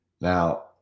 Now